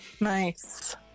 Nice